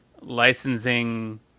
licensing